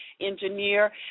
engineer